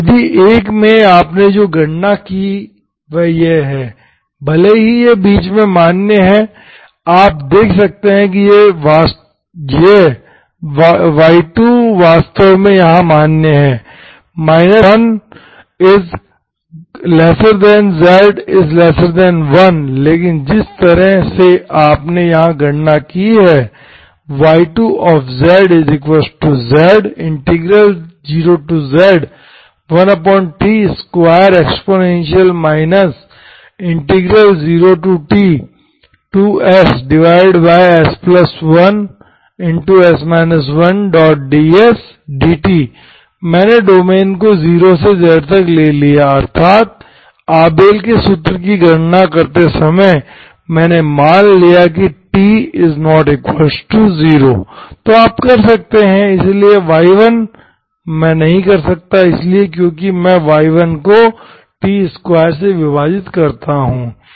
और विधि 1 में आपने जो गणना की वह यह है भले ही यह बीच में मान्य है आप देख सकते हैं कि यह y2 वास्तव में यहां मान्य है 1z1 लेकिन जिस तरह से आपने यहां गणना की है y2zz0z1t2e 0t2ss1s 1dsdt मैंने डोमेन को 0 से z तक ले लिया अर्थात आबेल के सूत्र की गणना करते समय मैंने मान लिया कि T≠0 तो आप कर सकते हैं इसलिए y1 मैं नहीं कर सकता इसलिए क्योंकि मैं इस y1को t2 से विभाजित करता हूं